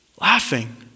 Laughing